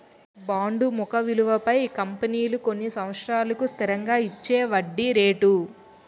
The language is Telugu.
బాండు ముఖ విలువపై కంపెనీలు కొన్ని సంవత్సరాలకు స్థిరంగా ఇచ్చేవడ్డీ రేటు